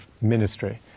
ministry